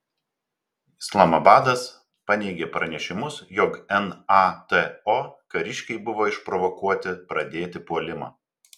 islamabadas paneigė pranešimus jog nato kariškiai buvo išprovokuoti pradėti puolimą